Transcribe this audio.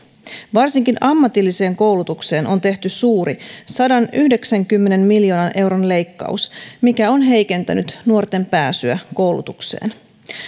varsinkin ammatilliseen koulutukseen on tehty suuri sadanyhdeksänkymmenen miljoonan euron leikkaus mikä on heikentänyt nuorten pääsyä koulutukseen